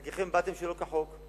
חלקכם באתם שלא כחוק,